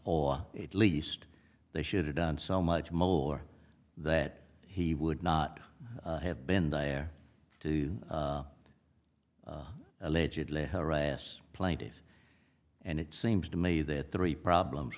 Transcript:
or at least they should have done so much more that he would not have been there to allegedly harass plaintiffs and it seems to me that three problems